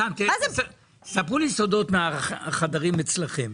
ספרו לי סודות מהחדרים אצלכם,